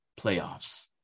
playoffs